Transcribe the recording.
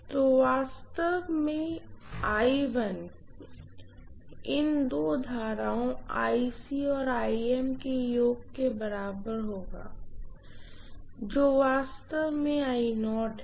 तो I1 वास्तव में इन दो करंट ओं और के योग के बराबर होगा जो वास्तव में है